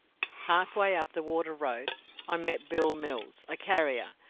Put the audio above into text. halfway up the water road i met bill mills, a carrier.